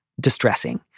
distressing